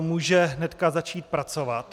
Může hnedka začít pracovat.